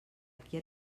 qui